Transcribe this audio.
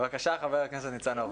בבקשה, חבר הכנסת ניצן הורוביץ.